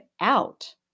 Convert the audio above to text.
out